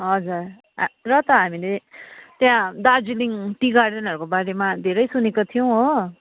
हजुर र त हामीले त्यहाँ दार्जिलिङ टी गार्डनहरूको बारेमा धेरै सुनेको थियौँ हो